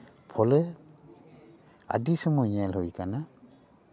ᱯᱷᱚᱞᱮ ᱟᱹᱰᱤ ᱥᱚᱢᱚᱭ ᱧᱮᱞ ᱦᱩᱭ ᱠᱟᱱᱟ